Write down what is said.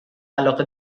علاقه